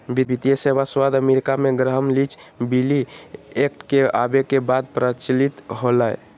वित्तीय सेवा शब्द अमेरिका मे ग्रैहम लीच बिली एक्ट के आवे के बाद प्रचलित होलय